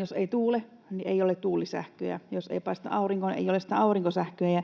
jos ei tuule, ei ole tuulisähköä, jos ei paista aurinko, niin ei ole sitä aurinkosähköä, ja